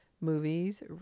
movies